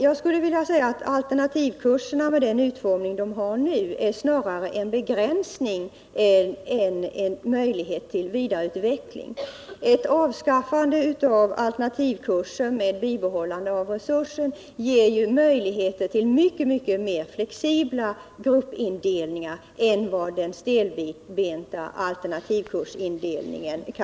Jag skulle här vilja säga att alternativkurserna som de nu är utformade snarare innebär en begränsning än en möjlighet till vidareutveckling. Ett avskaffande av alternativkurserna med ett bibehållande av resurserna ger större möjligheter till mer flexibla gruppindelningar än den stelbenta alternativkursindelningen.